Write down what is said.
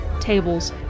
tables